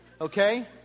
okay